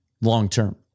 long-term